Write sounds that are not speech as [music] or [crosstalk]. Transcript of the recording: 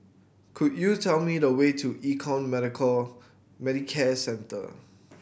could you tell me the way to Econ [unintelligible] Medicare Centre